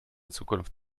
zukunft